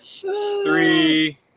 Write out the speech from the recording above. three